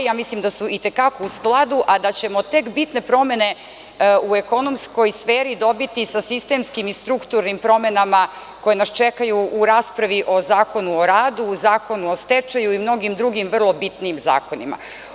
Ja mislim da su i te kako u skladu, a da ćemo tek bitne promene u ekonomskoj sferi dobiti sa sistemskim i strukturnim promenama koje nas čekaju u raspravi o Zakonu o radu, Zakonu o stečaju i mnogim drugim vrlo bitnim zakonima.